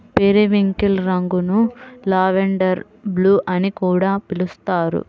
periwinkle రంగును lavender blue అని కూడా పిలుస్తారు